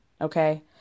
Okay